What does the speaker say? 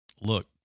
look